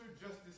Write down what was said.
justice